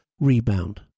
rebound